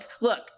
look